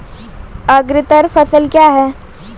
अग्रतर फसल क्या हैं?